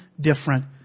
different